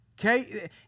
Okay